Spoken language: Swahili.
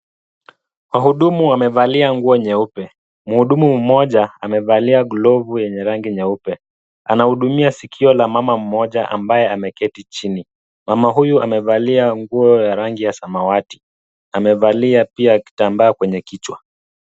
Wahudumu wamevalia nguo nyeupe. Mhudumu mmoja amevalia glavu ya rangi nyeupe. Anahudumia sikio la mama mmoja ambaye ameketi chini. Mama huyu amevalia nguo ya rangi ya samawati na amevalia pia kitambaa kwenye kichwa.